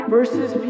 versus